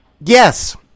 Yes